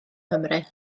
nghymru